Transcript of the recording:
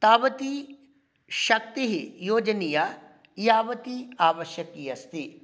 तावती शक्तिः योजनीया यावती आवश्यकी अस्ति